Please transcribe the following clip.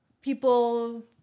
people